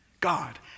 God